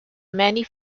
many